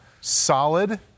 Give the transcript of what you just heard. Solid